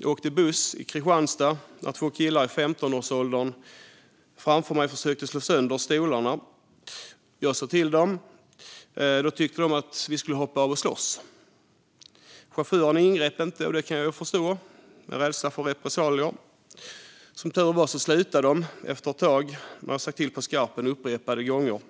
Jag åkte buss i Kristianstad när två killar i 15-årsåldern försökte slå sönder stolarna framför mig. Jag sa till dem, och då tyckte de att vi skulle hoppa av och slåss. Chauffören ingrep inte, och det kan jag förstå. Det kan vara en rädsla för repressalier. Som tur var slutade de efter ett tag när jag hade sagt till på skarpen upprepade gånger.